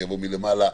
אני מגיע לאותה נקודה.